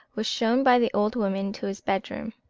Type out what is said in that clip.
was shown by the old woman to his bedroom.